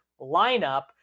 lineup